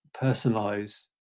personalize